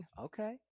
Okay